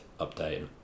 update